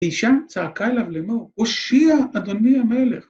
ואישה צעקה אליו לאמור, הושיע אדוני המלך.